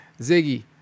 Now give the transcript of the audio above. Ziggy